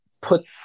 put